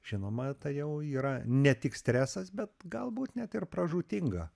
žinoma tai jau yra ne tik stresas bet galbūt net ir pražūtinga